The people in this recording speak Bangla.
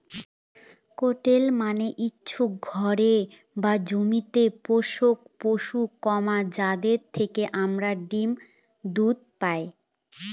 ক্যাটেল মানে হচ্ছে ঘরে বা জমিতে পোষ্য পশু, যাদের থেকে আমরা ডিম দুধ পায়